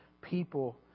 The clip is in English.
people